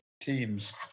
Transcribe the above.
teams